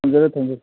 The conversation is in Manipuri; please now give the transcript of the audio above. ꯊꯝꯖꯔꯦ ꯊꯝꯖꯔꯦ